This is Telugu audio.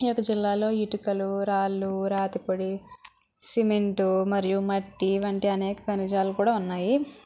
ఈ యొక్క జిల్లాలో ఇటుకలు రాళ్లు రాతి పొడి సిమెంటు మరియు మట్టీ వంటి అనేక ఖనిజాలు కూడా ఉన్నాయి